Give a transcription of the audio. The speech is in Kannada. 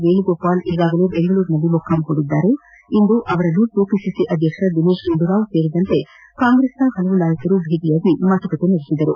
ವೇಣುಗೋಪಾಲ್ ಈಗಾಗಲೇ ಬೆಂಗಳೂರಿನಲ್ಲಿ ಮೊಕ್ಕಾಂ ಹೂಡಿದ್ದು ಇಂದು ಅವರನ್ನು ಕೆಪಿಸಿಸಿ ಅಧ್ಯಕ್ಷ ದಿನೇಶ್ ಗುಂಡೂರಾವ್ ಸೇರಿದಂತೆ ಪಲವು ಕಾಂಗ್ರೆಸ್ ನಾಯಕರು ಭೇಟಿಯಾಗಿ ಚರ್ಚೆ ನಡೆಸಿದರು